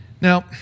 Now